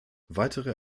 weitere